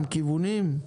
כיוונים?